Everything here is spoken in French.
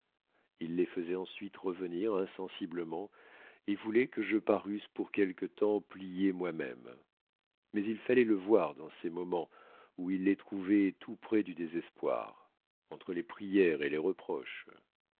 il les faisoit ensuite revenir insensiblement et vouloit que je parusse pour quelque temps plier moi-même mais il falloit le voir dans ces moments où il les trouvoit tout près du désespoir entre les prières et les reproches